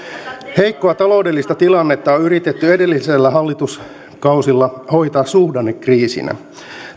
heikkoa taloudellista tilannetta on yritetty edellisillä hallituskausilla hoitaa suhdannekriisinä